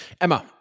Emma